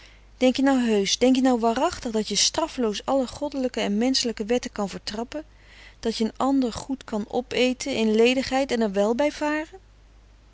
denk je nou heus denk je nou waarachtig dat je straffeloos alle goddelijke en menselijke wetten kan vertrappe dat je n anders goed kan op eten in ledigheid en er wel bij vare